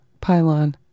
Pylon